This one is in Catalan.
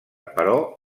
però